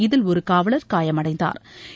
இதில் ஒரு காவலர் காயமடைந்தாா்